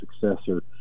successor